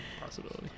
possibility